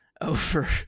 over